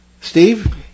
Steve